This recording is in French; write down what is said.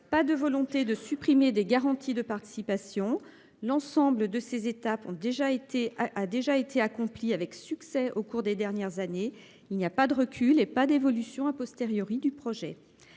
pas de volonté de supprimer des garanties de participation. L'ensemble de ces étapes ont déjà été ah a déjà été accompli avec succès au cours des dernières années, il n'y a pas de recul et pas d'évolution a posteriori du projet.